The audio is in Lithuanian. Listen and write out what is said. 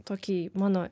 tokiai mano